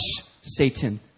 Satan